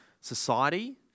society